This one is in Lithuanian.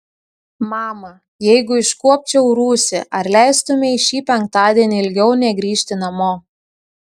mama jeigu iškuopčiau rūsį ar leistumei šį penktadienį ilgiau negrįžti namo